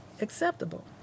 acceptable